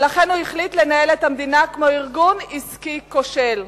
ולכן הוא החליט לנהל את המדינה כמו ארגון עסקי כושל,